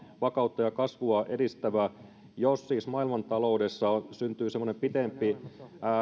vakautta ja kasvua edistävä ohjelma jos siis maailmantaloudessa syntyy semmoinen pitempi